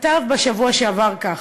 כתב בשבוע שעבר כך: